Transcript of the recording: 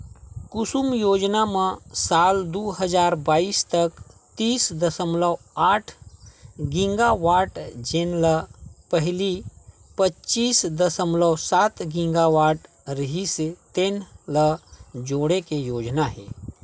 कुसुम योजना म साल दू हजार बाइस तक तीस दसमलव आठ गीगावाट जेन ल पहिली पच्चीस दसमलव सात गीगावाट रिहिस तेन ल जोड़े के योजना हे